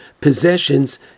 possessions